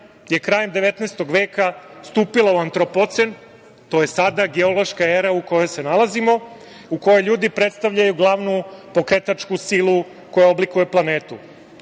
je krajem 19. veka stupila u antropocen, to je sada geološka era u kojoj se nalazimo, u kojoj ljudi predstavljaju glavnu pokretačku silu koja oblikuje